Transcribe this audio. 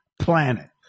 Planet